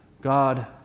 God